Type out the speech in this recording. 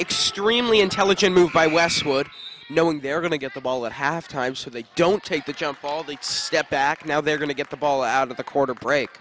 extremely intelligent move by westwood knowing they're going to get the ball at half time so they don't take the jump ball they step back now they're going to get the ball out of the quarter break